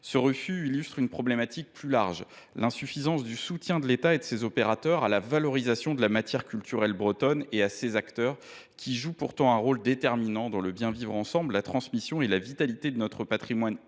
Ce refus est le symptôme d’un problème plus large : l’insuffisance du soutien de l’État et de ses opérateurs à la valorisation de la « matière culturelle bretonne » et à ses acteurs, qui jouent pourtant un rôle déterminant dans le bien vivre ensemble et dans la transmission et la vitalité de notre patrimoine